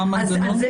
מה המנגנון?